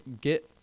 get